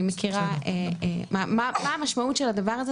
אני מכירה מה המשמעות של הדבר הזה,